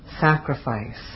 sacrifice